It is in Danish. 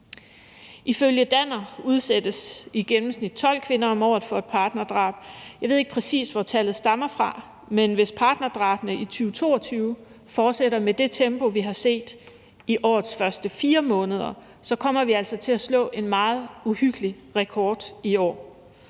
Ifølge Danner udsættes i gennemsnit 12 kvinder om året for et partnerdrab. Jeg ved ikke præcis, hvor tallet stammer fra, men hvis partnerdrabene i 2022 fortsætter i det tempo, vi har set i årets første 4 måneder, så kommer vi altså til at slå en meget uhyggelig rekord i år.